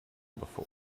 before